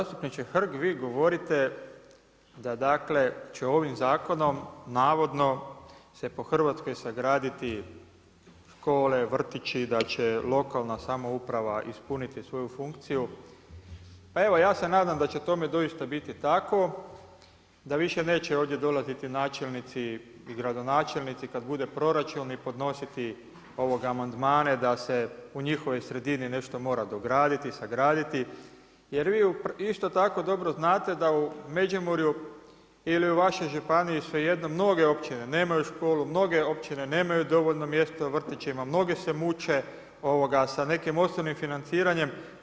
Zastupniče Hrg, vi govorite da će ovim zakonom navodno se po Hrvatskoj sagraditi škole, vrtići, da će lokalna samouprava ispuniti svoju funkciju, pa evo ja se nadam da će tome doista biti tako, da više neće ovdje dolaziti načelnici i gradonačelnici kad bude proračun i podnositi amandmane da se u njihovoj sredini nešto mora dograditi, sagraditi jer vi isto tako dobro znate da u Međimurju ili u vašoj županiji svejedno mnoge općine nemaju školu, mnoge općine nemaju dovoljno mjesta u vrtićima, mnoge se muče sa nekim osnovnim financiranjem.